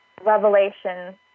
revelation